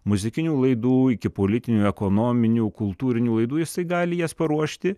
muzikinių laidų iki politinių ekonominių kultūrinių laidų jisai gali jas paruošti